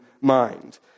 mind